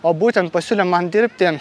o būtent pasiūlė man dirbti